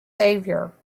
saviour